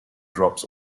drops